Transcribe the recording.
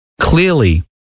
Clearly